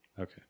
Okay